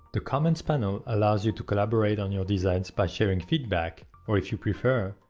the commons panel allows you to collaborate on your design by sharing feedback, or, if you prefer,